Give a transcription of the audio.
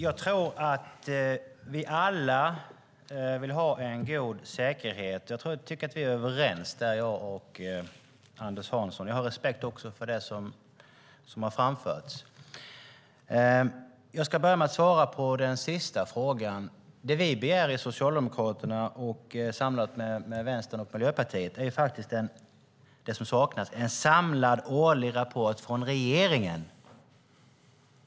Herr talman! Vi vill nog alla ha en god säkerhet. Det är Anders Hansson och jag överens om. Jag har respekt för det som har framförts. Jag ska börja med att svara på den sista frågan. Det vi socialdemokrater begär tillsammans med Vänstern och Miljöpartiet är en samlad årlig rapport från regeringen.